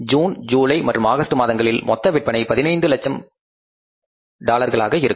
June July மற்றும் August மாதங்களில் மொத்த விற்பனை 15 லட்சமாக இருக்கும்